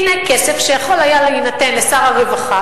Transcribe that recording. הנה כסף שיכול היה להינתן לשר הרווחה